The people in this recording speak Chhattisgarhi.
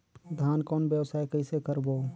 धान कौन व्यवसाय कइसे करबो?